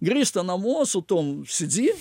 grįžta namo su tom cd